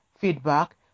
feedback